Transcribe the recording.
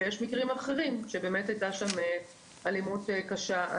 יש מקרים אחרים בהם הייתה אלימות קשה.